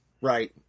Right